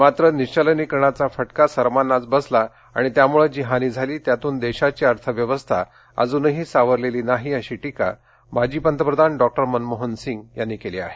मात्र निश्वलनीकरणाचा फटका सर्वांनाच बसला आणि त्यामुळे जी हानी झाली त्यातून देशाची अर्थव्यवस्था अजूनही सावरलेली नाही अशी टिका माजी पंतप्रधान डॉक्टर मनमोहनसिंग यांनी केली याहे